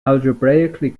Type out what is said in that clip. algebraically